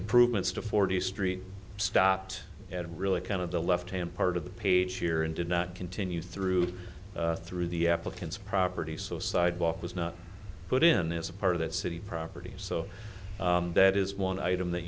improvements to forty street stopped at really kind of the left hand part of the page here and did not continue through through the applicants property so sidewalk was not put in as a part of that city property so that is one item that